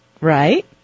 Right